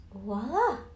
voila